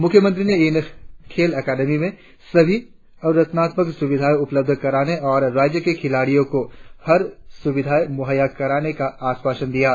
मुख्यमंत्री ने इन खेल अकादमी में सभी अवरचनात्मक सुविधाए उपलब्ध कराने और राज्य के खिलाड़ियों को हर सुविधा मुहैय्या कराने का आशवासन दिया है